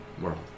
world